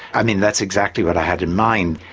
i mean, that's exactly what i had in mind.